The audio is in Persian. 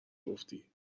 گفتی